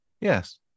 Yes